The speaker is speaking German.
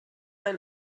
ein